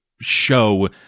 show